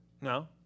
No